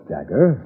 Dagger